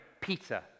Peter